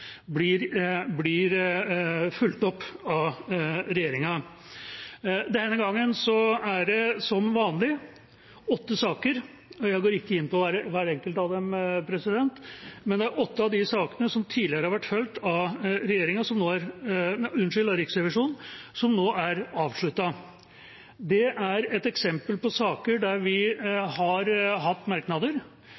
blir fulgt opp av regjeringa. Denne gangen er det som vanlig åtte saker. Jeg går ikke inn på hver enkelt av dem, men det er åtte av de sakene som tidligere har vært fulgt av Riksrevisjonen, som nå er avsluttet. Det er et eksempel på saker der vi